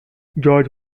george